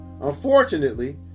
Unfortunately